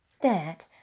Dad